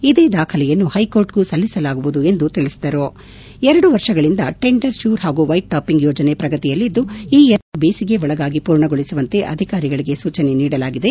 ಇದೇ ದಾಖಲೆಯನ್ನು ಪೈಕೋರ್ಟ್ಗೂ ಸಲ್ಲಿಸಲಾಗುವುದು ಎಂದು ತಿಳಿಸಿದರು ಎರಡು ವರ್ಷಗಳಿಂದ ಟೆಂಡರ್ ಶ್ಕೂರ್ ಹಾಗೂ ವೈಟ್ಟಾಪಿಂಗ್ ಯೋಜನೆ ಪ್ರಗತಿಯಲ್ಲಿದ್ದು ಈ ಎರಡು ಪ್ರಾಜೆಕ್ಟ್ಗಳು ಬೇಸಿಗೆ ಒಳಗಾಗಿ ಪೂರ್ಣಗೊಳಿಸುವಂತೆ ಅಧಿಕಾರಿಗಳಿಗೆ ಸೂಚನೆ ನೀಡಲಾಗಿದೆ